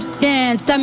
dance